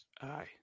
Aye